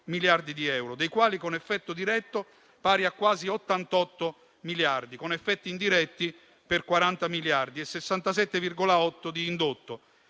miliardi di euro, dei quali con effetto diretto pari a quasi 88 miliardi, con effetti indiretti per 40 miliardi e 67,8 di indotto.